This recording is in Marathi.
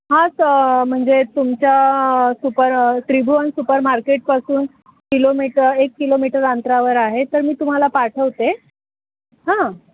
हा स म्हणजे तुमच्या सुपर त्रिभुवन सुपर मार्केटपासून किलोमीटर एक किलोमीटर अंतरावर आहे तर मी तुम्हाला पाठवते हां